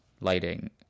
lighting